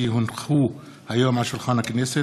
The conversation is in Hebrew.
כי הונחו היום על שולחן הכנסת,